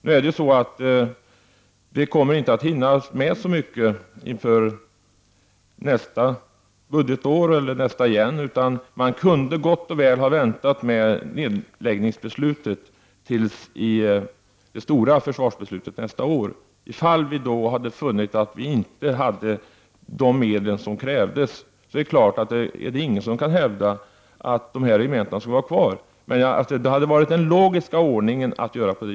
Men så mycket kommer inte att medhinnas inför nästa eller nästkommande budgetår. Man kunde gott och väl ha väntat med beslutet om nedläggning av dessa regementen till det stora försvarsbeslutet nästa år. Om vi då hade funnit att vi inte hade de medel som krävs för att ha kvar dessa regementen, då skulle ingen heller ha kunnat hävda den ståndpunkten. Det hade varit logiskt att göra så.